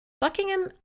Buckingham